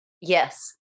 Yes